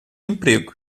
emprego